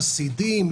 חסידים,